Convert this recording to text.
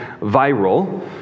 viral